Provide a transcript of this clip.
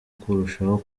kurushaho